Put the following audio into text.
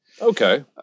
Okay